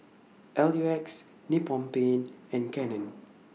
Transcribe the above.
L U X Nippon Paint and Canon